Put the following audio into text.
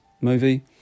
movie